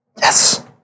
Yes